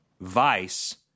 Vice